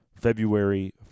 February